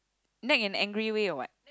nag in angry way or what